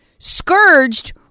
scourged